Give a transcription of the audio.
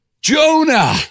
Jonah